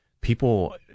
people